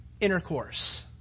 intercourse